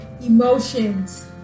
emotions